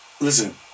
Listen